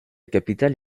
capitale